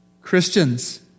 Christians